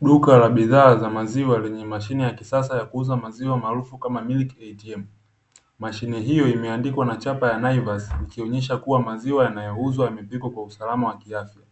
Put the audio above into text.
Duka la bidhaa za maziwa lenye mashine ya kisasa ya kuuza maziwa maarufu kama “Milik ATM” mashine hiyo imeandikwa na chapa ya naivasi ikionyesha kuwa maziwa yanayo uzwa yamepikwa kwa usalama wa kiafya,